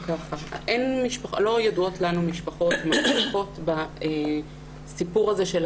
לא ידועות לנו משפחות שממשיכות בשיח על